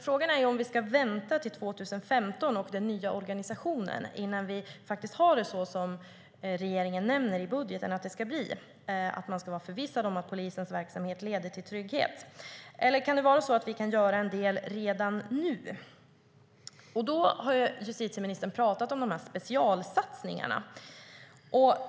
Frågan är om vi ska behöva vänta till 2015 och den nya organisationen innan vi har det så som regeringen nämner i budgeten att det ska bli: att man ska vara förvissad om att polisens verksamhet leder till trygghet. Eller kan det vara så att vi kan göra en del redan nu? Justitieministern har talat om de här specialsatsningarna.